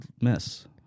miss